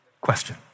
Question